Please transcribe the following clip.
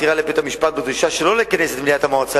הוגשה עתירה לבית-המשפט בדרישה שלא לכנס את מליאת המועצה